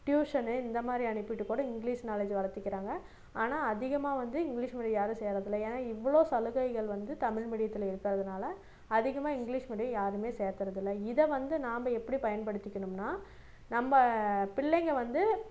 tuition இந்தமாதிரி அனுப்பிவிட்டு கூட இங்கிலீஷ் நாலேஜ் வளர்த்திக்கிறாங்க ஆனால் அதிகமாக வந்து இங்கிலீஷ் மீடியம் யாரும் சேர்றதில்லை ஏன்னால் இவ்வளோ சலுகைகள் வந்து தமிழ் மீடியத்தில் இருக்கிறதுனால அதிகமாக இங்கிலீஷ் மீடியம் யாருமே சேர்த்தறதில்ல இதை வந்து நாம் எப்படி பயன்படுத்திக்கணும்னால் நம்ப பிள்ளைங்க வந்து